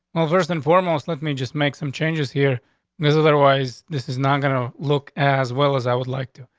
well, first and foremost, let me just make some changes here because otherwise this is not gonna look as well as i would like to.